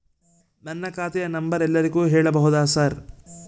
ನನ್ನ ಖಾತೆಯ ನಂಬರ್ ಎಲ್ಲರಿಗೂ ಹೇಳಬಹುದಾ ಸರ್?